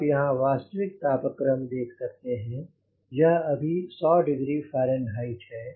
आप यहाँ वास्तविक तापक्रम देख सकते हैं यह अभी 100 डिग्री फारेनहाइट है